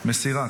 מסירה.